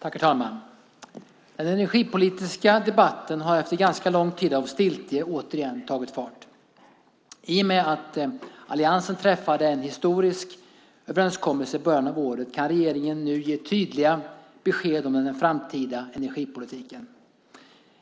Herr talman! Den energipolitiska debatten har efter ganska lång tid av stiltje återigen tagit fart. I och med att alliansen träffade en historisk överenskommelse i början av året kan regeringen nu ge tydliga besked om den framtida energipolitiken.